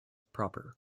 proper